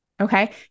Okay